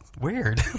weird